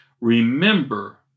remember